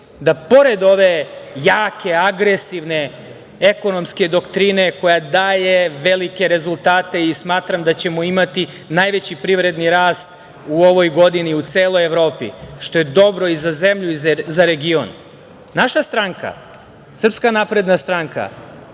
da pored ove jake, agresivne, ekonomske doktrine koja daje velike rezultate, i smatram da ćemo imati najveći privredni rast u ovoj godini u celoj Evropi, što je dobro i za zemlju i za region. Naša stranka, SNS, misli o onima